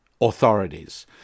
authorities